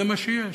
זה מה שיש.